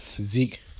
Zeke